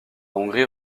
hongrie